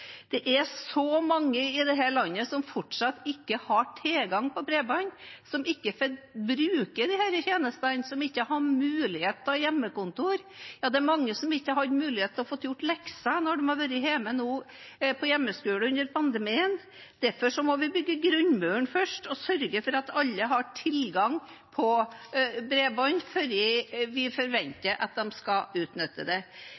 Det er så mange i dette landet som fortsatt ikke har tilgang på bredbånd, som ikke får bruke disse tjenestene, som ikke har mulighet til å ha hjemmekontor – ja, det er mange som ikke har hatt mulighet til å få gjort lekser når de har vært på hjemmeskole under pandemien. Derfor må vi bygge grunnmuren først og sørge for at alle har tilgang til bredbånd, før vi forventer at de skal utnytte det.